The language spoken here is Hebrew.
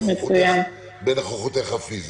בנוכחותך הפיזית.